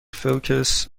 focus